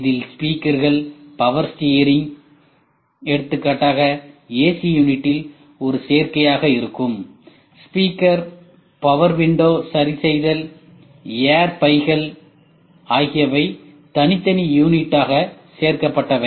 இதில் ஸ்பீக்கர்கள் power steering எடுத்துக்காட்டாக ஏசி யூனிட்டில் ஒரு சேர்க்கையாக இருக்கும் ஸ்பீக்கர்கள் பவர் விண்டோ சரிசெய்தல் ஏர் பைகள் ஆகியவை தனித்தனி யூனிட்டாக சேர்க்கப்பட்டிருக்கும்